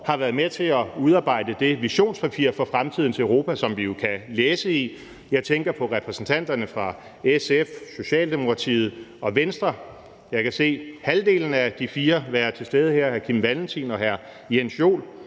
har været med til at udarbejde det visionspapir for fremtidens Europa, som vi jo kan læse i. Jeg tænker på repræsentanterne for SF, Socialdemokratiet og Venstre. Jeg kan se halvdelen af de fire være til stede her, hr. Kim Valentin og hr. Jens Joel,